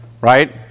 right